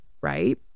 right